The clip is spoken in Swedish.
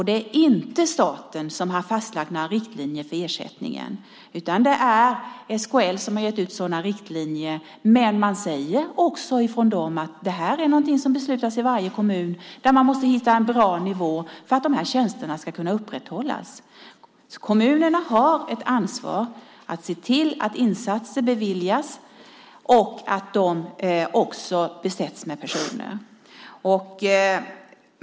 Det är inte staten som har fastlagt några riktlinjer för ersättningen, utan det är SKL som har satt upp sådana riktlinjer, men man säger också från SKL att det här är någonting som beslutas i varje kommun och att man måste hitta en bra nivå för att de här tjänsterna ska kunna upprätthållas. Kommunerna har ett ansvar för att se till att insatser beviljas och att de också besätts med personer.